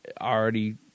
already